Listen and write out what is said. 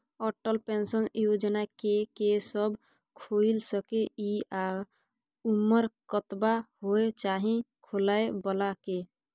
Atal pension योजना के के सब खोइल सके इ आ उमर कतबा होय चाही खोलै बला के?